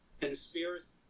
conspiracy